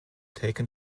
taken